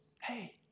Hey